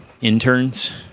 interns